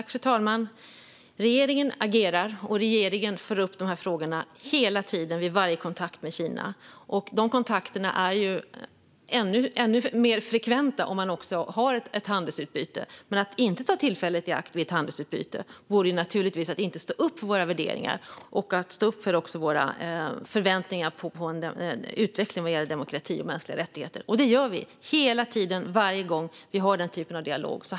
Fru talman! Regeringen agerar och tar upp dessa frågor vid varje kontakt med Kina, och dessa kontakter blir ju mer frekventa när man har ett handelsutbyte. Att inte ta tillfället i akt vid ett handelsutbyte vore att inte stå upp för våra värderingar och våra förväntningar på en utveckling vad gäller demokrati och mänskliga rättigheter. Men det gör vi varje gång vi har den typen av dialog.